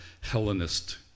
Hellenist